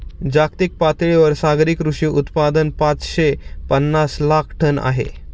जागतिक पातळीवर सागरी कृषी उत्पादन पाचशे पनास लाख टन आहे